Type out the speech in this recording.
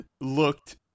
looked